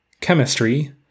Chemistry